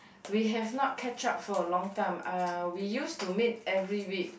we have not catch up for a long time uh we used to meet every week